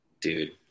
Dude